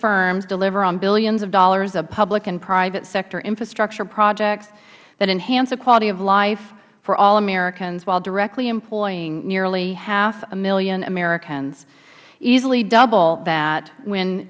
firms deliver on billions of dollars of public and private sector infrastructure projects that enhance the quality of life for all americans while directly employing nearly half a million americans easily double that w